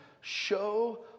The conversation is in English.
show